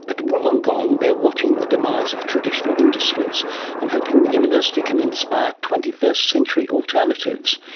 at wollongong they are watching the demise of traditional industries and hoping the university can inspire twenty first century alternatives.